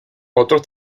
otros